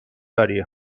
داری